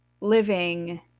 living